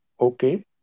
Okay